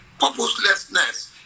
purposelessness